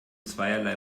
zweierlei